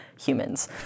humans